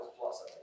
plus